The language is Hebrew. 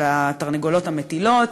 התרנגולות המטילות,